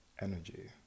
energy